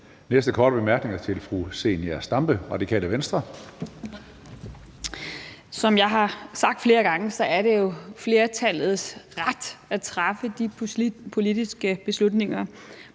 Næste korte bemærkning er til fru Zenia Stampe, Radikale Venstre. Kl. 16:29 Zenia Stampe (RV): Som jeg har sagt flere gange, er det flertallets ret at træffe de politiske beslutninger,